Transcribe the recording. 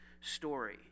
story